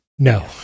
no